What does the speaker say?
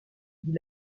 dit